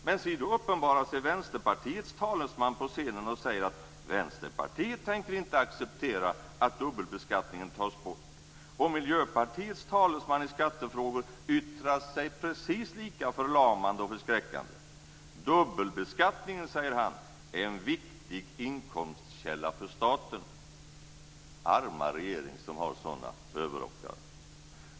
Men si då uppenbarar sig Vänsterpartiets talesman på scenen och säger att Vänsterpartiet inte tänker acceptera att dubbelbeskattningen tas bort, och Miljöpartiets talesman i skattefrågor yttrar sig precis lika förlamande och förskräckande. Dubbelbeskattningen "är en viktig inkomstkälla för staten", säger han. Arma regering, som har sådana överrockar!